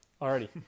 already